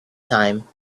time